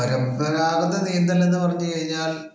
പരമ്പരാഗത നീന്തൽ എന്ന് പറഞ്ഞു കഴിഞ്ഞാൽ